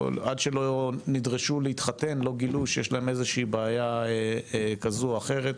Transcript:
עד שלא נדרשו להתחתן לא גילו שיש להם איזושהי בעיה כזו או אחרת.